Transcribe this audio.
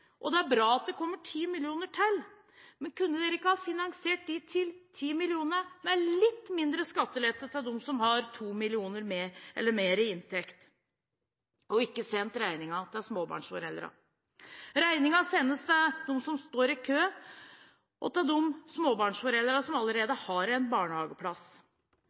Og det er bra at det kommer 10 mill. kr til. Men kunne en ikke ha finansiert de ti millionene med litt mindre skattelette til dem som har 2 mill. kr eller mer i inntekt, og ikke sendt regningen til småbarnsforeldrene? Regningen sendes til dem som står i kø, og til de småbarnsforeldrene som allerede har en barnehageplass.